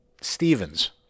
Stevens